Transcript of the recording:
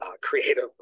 creative